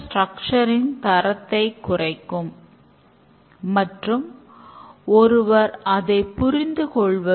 நாம் வாட்டர்ஃபாலின் பல்வேறு குறைகளை விவாதித்து உள்ளோம்